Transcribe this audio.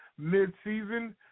midseason